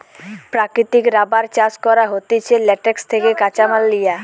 প্রাকৃতিক রাবার চাষ করা হতিছে ল্যাটেক্স থেকে কাঁচামাল লিয়া